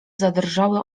zadrżały